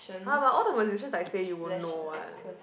!huh! but all the musician I say you won't know one